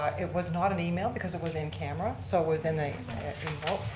ah it was not an email because it was in camera, so it was in the